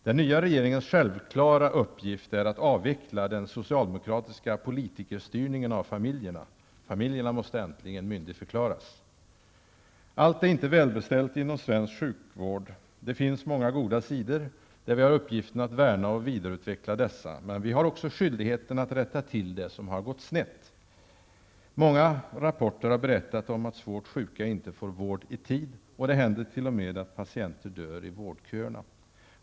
Den nya regeringens självklara uppgift är att avveckla den socialdemokratiska politikerstyrningen av familjerna. Familjerna måste äntligen myndigförklaras. Allt är inte välbeställt inom svensk sjukvård. Det finns många goda sidor. Jag tänker då på områden där vi har uppgiften att värna och vidareutveckla dessa sidor. Men vi har också skyldighet att rätta till där det har gått snett. Många rapporter berättar att svårt sjuka inte får vård i tid. Det händer t.o.m. att patienter dör medan de köar för vård.